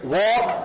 walk